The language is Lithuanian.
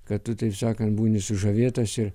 kad tu taip sakant būni sužavėtas ir